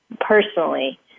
personally